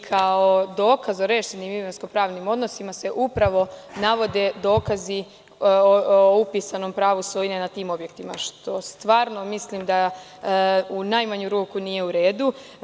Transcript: Kao dokaz o rešenim imovinsko-pravnim odnosima se upravo navode dokazi o upisanom pravu svojine nad tim objektima, što zaista mislim da u najmanju ruku nije u redu.